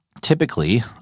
typically